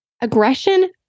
Aggression